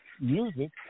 music